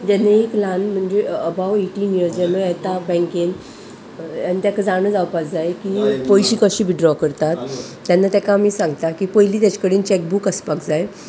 जेन्ना एक ल्हान म्हणजे अबाव एटीन इयर्स जेन्ना येता बँकेन आनी तेका जाण जावपाक जाय की पयशे कशी विथड्रॉ करतात तेन्ना तेका आमी सांगता की पयली तेजे कडेन चॅकबूक आसपाक जाय